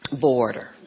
border